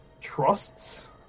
trusts